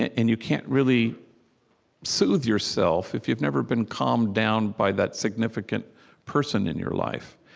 and you can't really soothe yourself if you've never been calmed down by that significant person in your life.